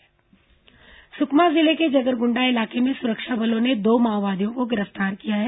माओवादी समाचार सुकमा जिले के जगरगुंडा इलाके में सुरक्षा बलों ने दो माओवादियों को गिरफ्तार किया है